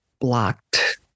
blocked